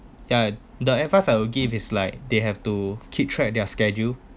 ya the advice I will give is like they have to keep track their schedule